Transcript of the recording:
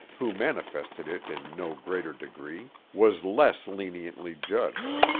who manifested it in no greater degree, was less leniently judged.